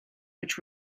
which